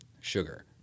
sugar